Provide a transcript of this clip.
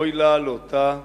אוי לה לאותה כלימה".